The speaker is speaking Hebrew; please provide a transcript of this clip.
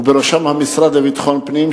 ובראשם המשרד לביטחון פנים,